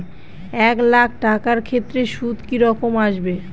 এক লাখ টাকার ক্ষেত্রে সুদ কি রকম আসবে?